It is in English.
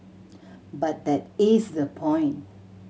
but that is the point